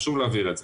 חשוב להבהיר את זה.